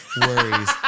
worries